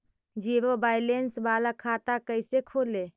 Zero balance बाला खाता कैसे खोले?